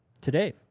today